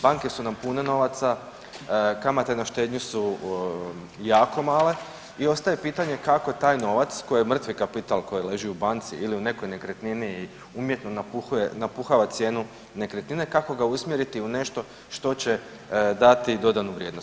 Banke su nam pune novaca, kamate na štednju su jako male i ostaje pitanje kako taj novac koji je mrtvi kapital, koji leži u banci ili u nekoj nekretnini umjetno napuhava cijenu nekretnine, kako ga usmjeriti u nešto što će dati dodanu vrijednost.